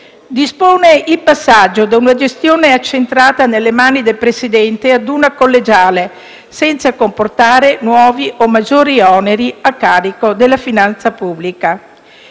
Dispone il passaggio da una gestione accentrata nelle mani del presidente a una collegiale «senza comportare nuovi o maggiori oneri a carico della finanza pubblica».